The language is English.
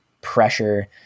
pressure